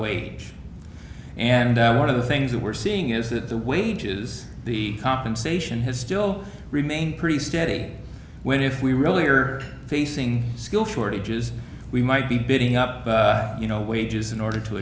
wage and one of the things that we're seeing is that the wages the compensation has still remained pretty steady when if we really are facing skill shortages we might be bidding up you know wages in order to